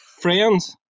Friends